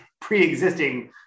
pre-existing